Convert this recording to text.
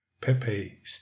Pepe